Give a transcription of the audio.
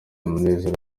munezero